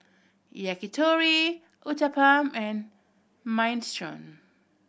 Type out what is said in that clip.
Yakitori Uthapam and Minestrone